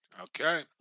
Okay